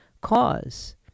cause